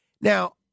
Now